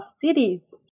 cities